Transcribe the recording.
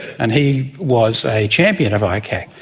and he was a champion of icac.